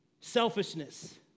selfishness